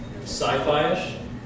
sci-fi-ish